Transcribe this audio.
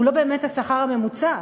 הוא לא באמת השכר הממוצע.